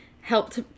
helped